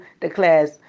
declares